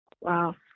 Wow